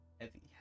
Heavy